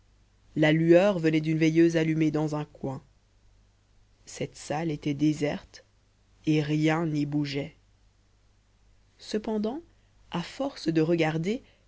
la lueur venait d'une veilleuse allumée dans un coin cette salle était déserte et rien n'y bougeait cependant à force de regarder